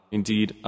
Indeed